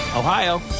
Ohio